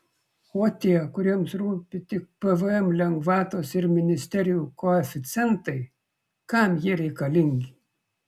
o tie kuriems rūpi tik pvm lengvatos ir ministerijų koeficientai kam jie reikalingi